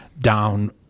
down